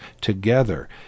together